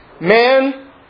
man